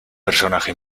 personaje